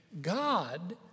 God